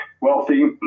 wealthy